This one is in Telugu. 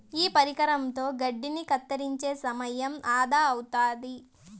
ఈ పరికరంతో గడ్డిని కత్తిరించే సమయం ఆదా అవుతాది